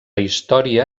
història